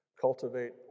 Cultivate